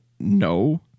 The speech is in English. no